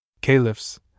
caliphs